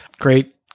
Great